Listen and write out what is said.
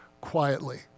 quietly